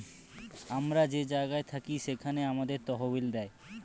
আমরা যে জায়গায় থাকি সেখানে আমাদের তহবিল দেয়